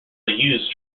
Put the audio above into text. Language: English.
used